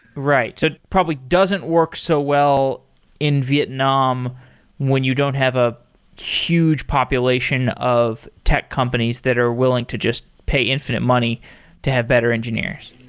right. so, probably doesn't work so well in vietnam when you don't have a huge population of tech companies that are willing to just pay infinite money to have better engineers.